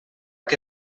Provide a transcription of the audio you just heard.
que